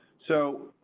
so,